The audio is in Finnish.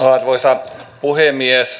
arvoisa puhemies